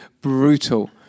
brutal